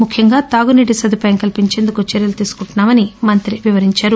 ముఖ్యంగా తాగునీటి సదుపాయం కల్సించేందుకు చర్యలు తీసుకుంటున్నా మని మంత్రి వివరించారు